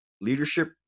leadership